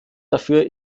dafür